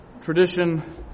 tradition